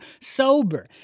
sober